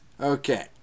Okay